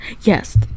Yes